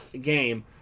Game